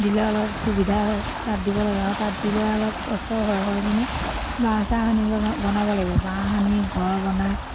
দিলে অলপ সুবিধা হয় তাত দিব লাগে আৰু তাত দিলে অলপ কষ্ট হয় হয় মানে বাঁহ চাহ আনি বনাব লাগিব বাঁহ আনি ঘৰ বনাই